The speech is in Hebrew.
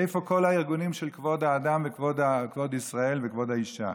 איפה כל הארגונים של כבוד האדם וכבוד ישראל וכבוד האישה?